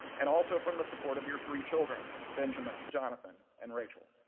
and also from the support of your three children, benjamin, jonathan, and rachael.